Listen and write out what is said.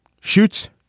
shoots